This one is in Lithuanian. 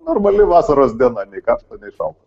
normali vasaros diena nei karšta nei šalta